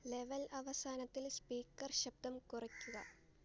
level അവസാനത്തിൽ speaker ശബ്ദം കുറയ്ക്കുക